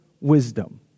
wisdom